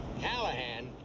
Callahan